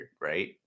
Right